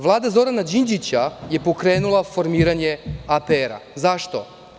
Vlada Zorana Đinđića je pokrenula formiranje APR. Zašto?